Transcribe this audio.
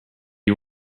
you